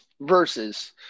versus